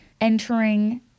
entering